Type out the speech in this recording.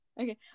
okay